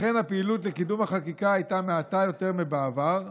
לכן הפעילות לקידום החקיקה הייתה מעטה יותר מבעבר.